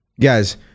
Guys